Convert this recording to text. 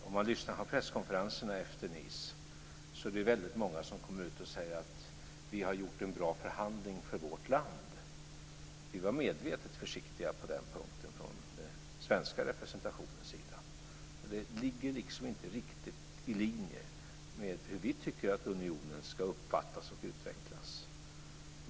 Om man lyssnar på dem som kommer ut från presskonferenserna efter Nice hör man väldigt många säga att vi har gjort en bra förhandling för vårt land. Från den svenska representationens sida var vi medvetet försiktiga på den punkten, för det ligger liksom inte riktigt i linje med hur vi tycker att unionen ska uppfattas och utvecklas.